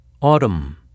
Autumn